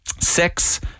sex